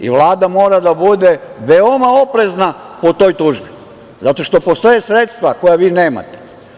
I Vlada mora da bude veoma oprezna po toj tužbi, zato što postoje sredstva koja vi nemate.